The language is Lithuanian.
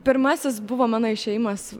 pirmasis buvo mano išėjimas